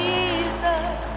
Jesus